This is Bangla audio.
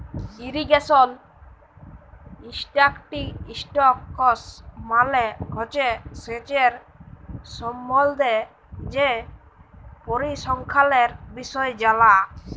ইরিগেশল ইসট্যাটিস্টিকস মালে হছে সেঁচের সম্বল্ধে যে পরিসংখ্যালের বিষয় জালা